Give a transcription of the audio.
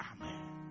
Amen